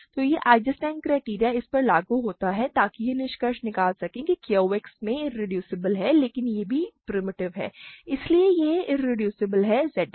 तो यह Eisenstein criterion इस पर लागू होता है ताकि यह निष्कर्ष निकाला जा सके कि यह Q X में इरेड्यूसिबल है लेकिन यह भी प्रिमिटिव है इसलिए यह इरेड्यूसिबल है ZX